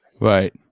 Right